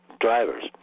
drivers